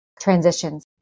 transitions